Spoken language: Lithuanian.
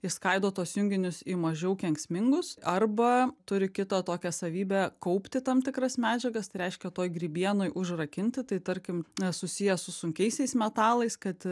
išskaido tuos junginius į mažiau kenksmingus arba turi kitą tokią savybę kaupti tam tikras medžiagas tai reiškia toj grybienoj užrakinti tai tarkim susiję su sunkiaisiais metalais kad